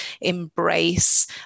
embrace